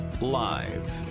live